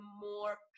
more